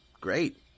Great